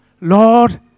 Lord